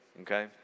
okay